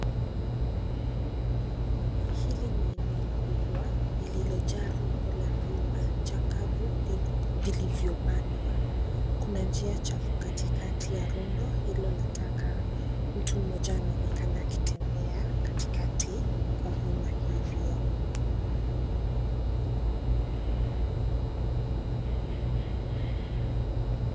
Hili ni eneo kubwa lililojaa rundo la vyuma chakavu vilivyobanwa. Kuna njia chafu katikati ya rundo hilo la taka. Mtu mmoja anaonekana akitembea katikati kwa vyuma hivyo.